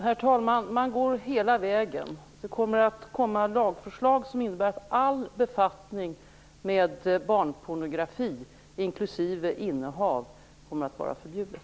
Herr talman! Man går hela vägen. Det kommer lagförslag som innebär att all befattning med barnpornografi, inklusive innehav, kommer att vara förbjuden.